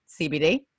CBD